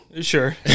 Sure